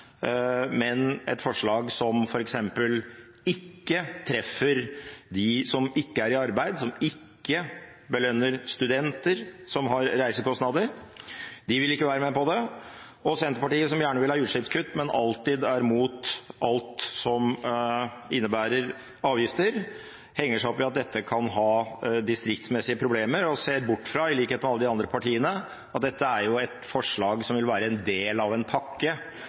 et forslag som f.eks. ikke treffer dem som ikke er i arbeid, som ikke belønner studenter som har reisekostnader – de vil ikke være med på det. Og Senterpartiet som gjerne vil ha utslippskutt, men alltid er mot alt som innebærer avgifter, henger seg opp i at dette kan ha distriktsmessige problemer og ser bort fra – i likhet med alle de andre partiene – at dette er et forslag som vil være en del av en pakke